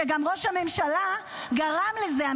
שגם ראש הממשלה גרם לזה,